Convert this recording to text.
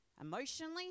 emotionally